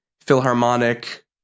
philharmonic